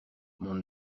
mon